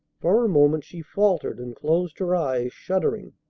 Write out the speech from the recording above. for a moment she faltered, and closed her eyes, shuddering.